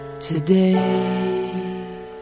Today